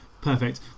Perfect